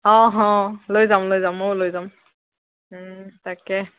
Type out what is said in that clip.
অঁ হঁ লৈ যাম লৈ যাম ময়ো লৈ যাম তাকে